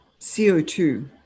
CO2